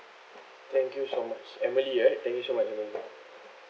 thank you so much emily right thank you so much emily